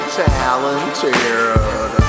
talented